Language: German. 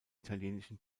italienischen